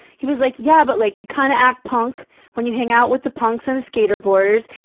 he was like, yeah, but like, you kinda act punk when you hang out with the punks and the skateboarders.